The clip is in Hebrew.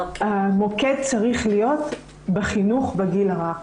המוקד צריך להיות בחינוך בגיל הרך.